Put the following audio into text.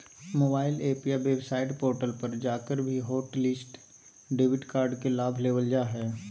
mobile app या website portal पर जाकर भी हॉटलिस्ट डेबिट कार्ड के लाभ लेबल जा हय